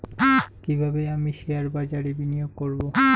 কিভাবে আমি শেয়ারবাজারে বিনিয়োগ করবে?